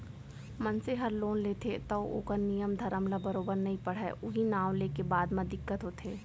मनसे हर लोन लेथे तौ ओकर नियम धरम ल बरोबर नइ पढ़य उहीं नांव लेके बाद म दिक्कत होथे